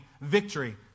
victory